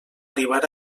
arribar